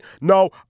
No